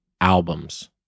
albums